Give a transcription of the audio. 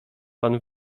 pan